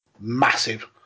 massive